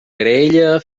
graella